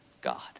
God